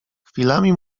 chwilami